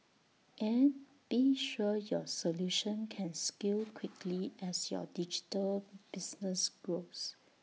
and be sure your solution can scale quickly as your digital business grows